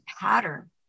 pattern